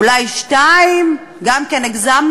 אולי שתיים, גם כן הגזמנו,